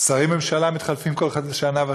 שרי ממשלה מתחלפים כל חצי שנה.